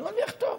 אני מרוויח טוב.